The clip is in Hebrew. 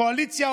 קואליציה,